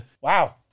Wow